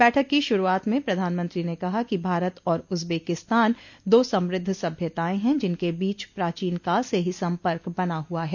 बैठक की शुरूआत में प्रधानमंत्री ने कहा कि भारत और उज्बेकिस्तान दो समृद्ध सभ्यताएं हैं जिनके बीच प्राचीन काल से ही सम्पर्क बना हुआ है